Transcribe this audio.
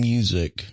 Music